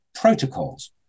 protocols